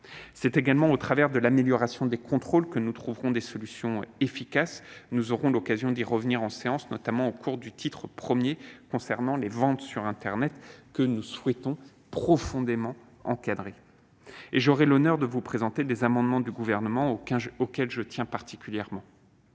C'est également au travers de l'amélioration des contrôles que nous trouverons des solutions efficaces. Nous aurons l'occasion d'y revenir en séance, notamment lors de l'examen du chapitre I concernant les ventes sur internet, que nous souhaitons profondément encadrer. J'aurai l'honneur de vous présenter, au nom du Gouvernement, des amendements auxquels je tiens particulièrement.